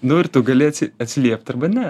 nu ir tu gali atsi atsiliept arba ne